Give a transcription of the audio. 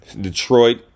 Detroit